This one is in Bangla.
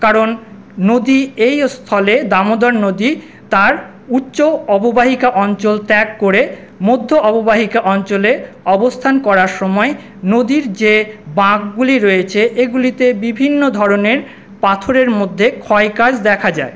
কারণ নদী এই এস্থলে দামোদর নদী তার উচ্চ অববাহিকা অঞ্চল ত্যাগ করে মধ্য অববাহিকা অঞ্চলে অবস্থান করার সময় নদীর যে বাঁকগুলি রয়েছে এগুলিতে বিভিন্ন ধরনের পাথরের মধ্যে ক্ষয়কাজ দেখা যায়